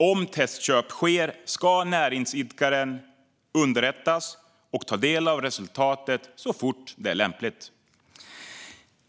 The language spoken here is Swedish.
Om testköp sker ska näringsidkaren underrättas och få ta del av resultatet så fort det är lämpligt.